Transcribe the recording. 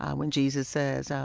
um when jesus says,